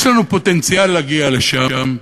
יש לנו פוטנציאל להגיע לשם,